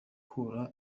burayi